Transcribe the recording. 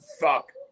fuck